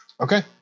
okay